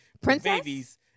princess